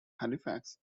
halifax